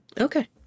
Okay